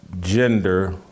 Gender